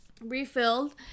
refilled